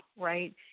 right